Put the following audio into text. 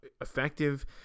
effective